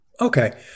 Okay